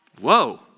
whoa